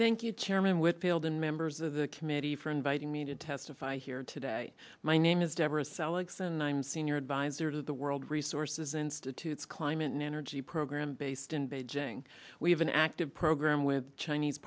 you chairman whitfield and members of the committee for inviting me to testify here today my name is deborah seligson i'm senior advisor to the world resources institute climate and energy program based in beijing we have an active program with chinese